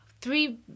three